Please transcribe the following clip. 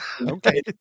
Okay